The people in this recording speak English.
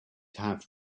have